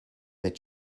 that